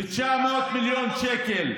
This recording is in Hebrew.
ב-900 מיליון שקל,